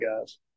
guys